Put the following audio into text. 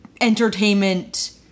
entertainment